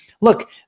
look